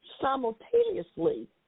simultaneously